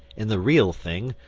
in the real thing,